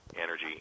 energy